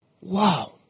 Wow